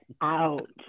out